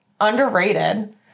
underrated